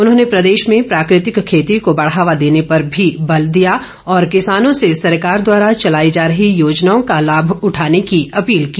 उन्होंने प्रदेश में प्राकृतिक खेती को बढ़ावा देने पर भी बल दिया और किसानों से ॅसरकार द्वारा चलाई जा रही योजनाओं का लाभ उठाने की अपील की